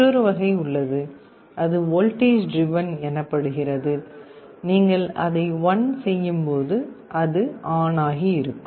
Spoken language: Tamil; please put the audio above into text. மற்றொரு வகை உள்ளது அது வோல்டேஜ் ட்ரிவன் எனப்படுகிறது நீங்கள் அதை 1 செய்யும் போது அது ஆன் ஆகி இருக்கும்